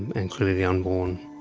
and clearly the unborn.